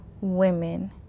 women